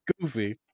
goofy